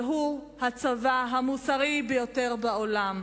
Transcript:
והוא הצבא המוסרי ביותר בעולם,